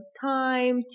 time